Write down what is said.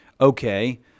Okay